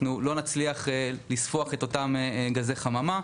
אנחנו לא נצליח לספוח את אותם גזי חממה.